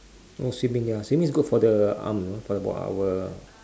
oh swimming ya swimming is good for the arm you know for the b~ our